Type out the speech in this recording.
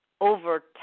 over